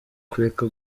kureka